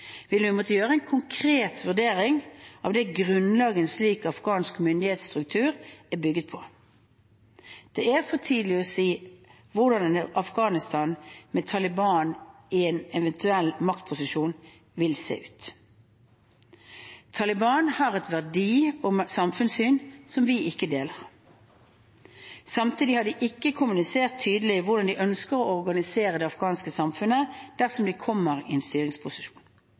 vil vi måtte gjøre en konkret vurdering av det grunnlaget en slik afghansk myndighetsstruktur er bygget på. Det er for tidlig å si hvordan et Afghanistan med Taliban i en eventuell maktposisjon vil se ut. Taliban har et verdi- og samfunnssyn vi ikke deler. Samtidig har de ikke kommunisert tydelig hvordan de ønsker å organisere det afghanske samfunnet dersom de kommer i en styringsposisjon.